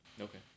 Okay